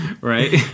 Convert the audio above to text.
right